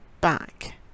back